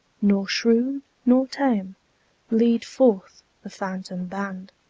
nor shrewd, nor tame lead forth the phantom band